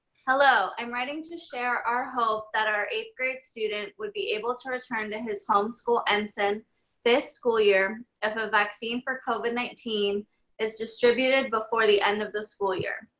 hello, i'm writing to share our hope that our eighth grade student would be able to return to his home school ensign this school year if a vaccine for covid nineteen is distributed before the end of the school year.